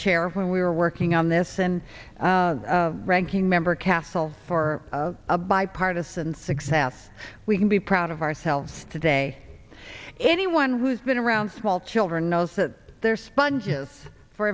chair when we were working on this and ranking member castle for a bipartisan success we can be proud of ourselves today anyone who's been around small children knows that they're sponges for